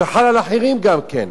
זה חל על אחרים גם כן.